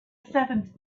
seventh